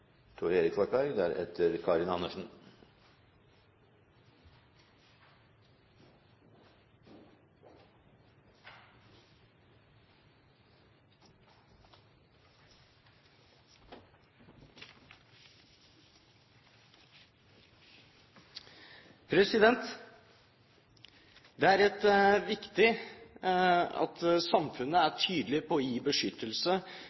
Det er viktig at samfunnet er tydelig på å gi beskyttelse